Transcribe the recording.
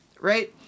Right